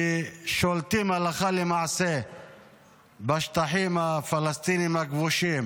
ששולטים הלכה למעשה בשטחים הפלסטיניים הכבושים